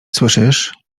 słyszysz